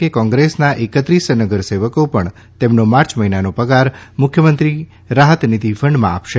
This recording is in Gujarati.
કે કોંગ્રેસના એકત્રીસ નગરસેવકો પણ તેમનો માર્ચ મહિનાનો પગાર મુખ્યમંત્રી રાહતનિધિ ફંડમાં આપશે